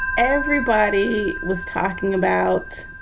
everybody was talking about